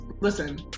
listen